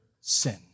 sin